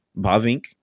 Bavink